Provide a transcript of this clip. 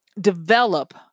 develop